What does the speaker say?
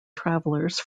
travelers